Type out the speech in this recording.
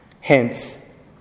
Hence